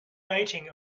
rating